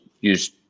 use